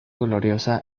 gloriosa